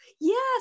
Yes